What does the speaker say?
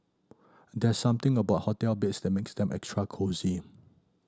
there's something about hotel beds that makes them extra cosy